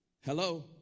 Hello